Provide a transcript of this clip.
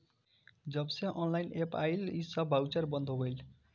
जबसे online app आईल बा इ सब बाउचर बंद हो गईल